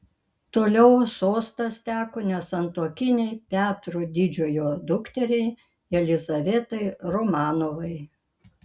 toliau sostas teko nesantuokinei petro didžiojo dukteriai jelizavetai romanovai